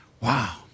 Wow